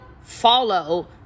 follow